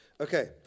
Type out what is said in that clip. Okay